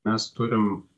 mes turim